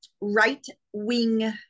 right-wing